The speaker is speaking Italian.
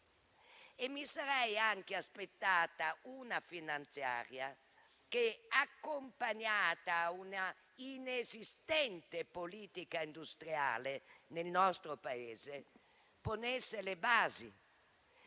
E mi sarei anche aspettata una legge di bilancio che, accompagnata a una inesistente politica industriale nel nostro Paese, ponesse le basi